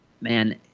Man